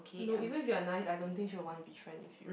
no even if you are nice I don't think she'll want to be friends with you